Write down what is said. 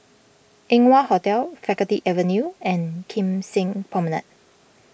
Eng Wah Hotel Faculty Avenue and Kim Seng Promenade